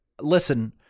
Listen